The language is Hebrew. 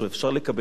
אפשר לקבל עזרה.